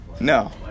No